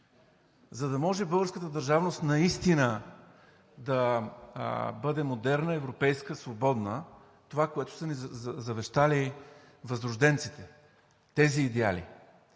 за да може българската държавност наистина да бъде модерна, европейска, свободна – това, което са ни завещали възрожденците – тези идеали?!